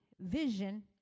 vision